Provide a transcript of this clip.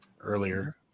earlier